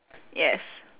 yes